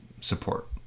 support